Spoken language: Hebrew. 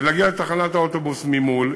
ולהגיע לתחנת האוטובוס ממול,